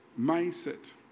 Mindset